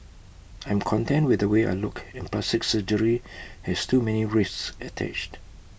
I am content with the way I look and plastic surgery has too many risks attached